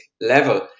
level